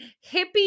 hippy